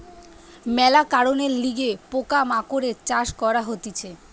মেলা কারণের লিগে পোকা মাকড়ের চাষ করা হতিছে